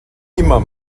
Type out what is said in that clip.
immer